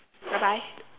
bye bye